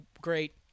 great